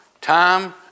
Time